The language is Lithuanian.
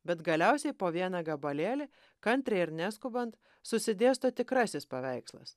bet galiausiai po vieną gabalėlį kantriai ir neskubant susidėsto tikrasis paveikslas